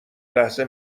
لحظه